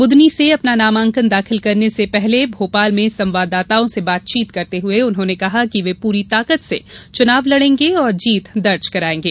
बुदनी से अपना नामांकन दाखिल करने से पूर्व भोपाल में संवाददाताओं से बातचीत करते हुए उन्होंने कहा कि वे पूरी ताकत से चुनाव लड़ेंगे और जीत दर्ज करायेंगे